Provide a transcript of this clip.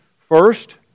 first